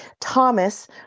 Thomas